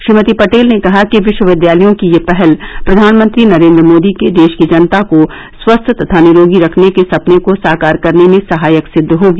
श्रीमती पटेल ने कहा कि विश्वविद्यालयों की यह पहल प्रधानमंत्री नरेन्द्र मोदी के देश की जनता को स्वस्थ व निरोगी रखने के सपने को साकार करने में सहायक सिद्ध होगी